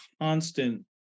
constant